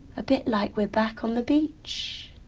a bit like we're back on the beach.